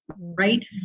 Right